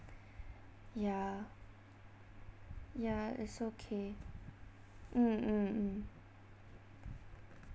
ya ya is okay mm mm mm